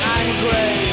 angry